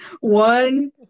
One